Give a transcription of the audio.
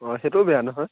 অঁ সেইটোও বেয়া নহয়